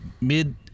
mid